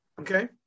Okay